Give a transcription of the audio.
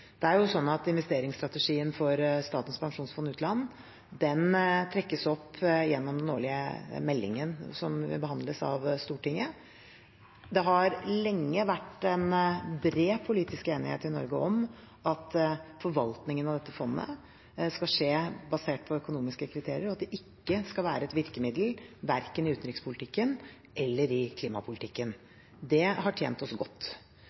Det er jo slik at investeringsstrategien for Statens pensjonsfond utland trekkes opp gjennom den årlige meldingen som behandles av Stortinget. Det har lenge vært en bred politisk enighet i Norge om at forvaltningen av dette fondet skal skje basert på økonomiske kriterier, og at det ikke skal være et virkemiddel verken i utenrikspolitikken eller i klimapolitikken. Det har tjent oss godt.